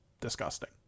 disgusting